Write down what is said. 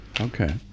okay